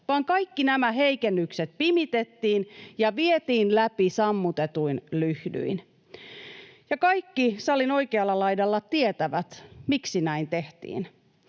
vaan kaikki nämä heikennykset pimitettiin ja vietiin läpi sammutetuin lyhdyin. Ja kaikki salin oikealla laidalla tietävät, miksi näin tehtiin: